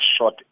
shot